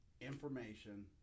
information